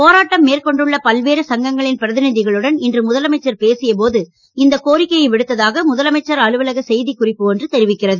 போராட்டம் மேற்கொண்டுள்ள பல்வேறு சங்கங்களின் பிரதிநிதிகளுடன் இன்று தாம் பேசிய போது இந்த கோரிக்கையை முதலமைச்சர் விடுத்ததாக முதலமைச்சர் அலுவலக செய்திக் குறிப்பு அறிவிக்கிறது